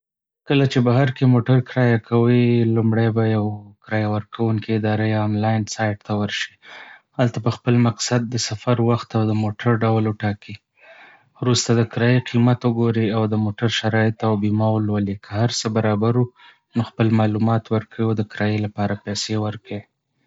کله چې بهر کې موټر کرایه کوې، لومړی به یوه کرایه ورکونکې اداره یا آنلاین سایټ ته ورشې. هلته به خپل مقصد، د سفر وخت، او د موټر ډول وټاکې. وروسته د کرایې قیمت وګورې او د موټر شرایط او بیمه ولولې. که هر څه برابر وو، نو خپل معلومات ورکوې او د کرایې لپاره پیسې ورکوي.